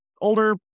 older